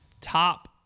top